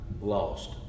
lost